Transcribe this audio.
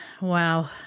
Wow